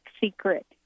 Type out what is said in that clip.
secret